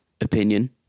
opinion